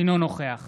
אינו נוכח